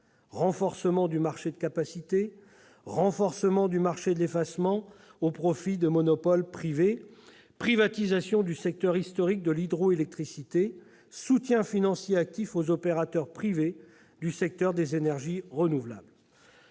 renforcement du marché de capacité ; renforcement du marché de l'effacement au profit de monopoles privés ; privatisation du secteur historique de l'hydroélectricité ; soutien financier actif aux opérateurs privés du secteur des énergies renouvelables.